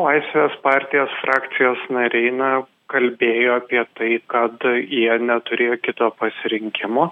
laisvės partijos frakcijos nariai na kalbėjo apie tai kad jie neturėjo kito pasirinkimo